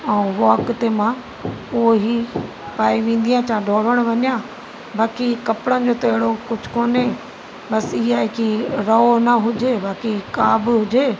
ऐं वॉक ते मां उहो ई पाए वेंदी आहियां चाहे डोड़ण वञां बाक़ी कपिड़नि जो त अहिड़ो कुझु कोन्हे बसि इहा ई की रओ न हुजे बाक़ी का बि हुजे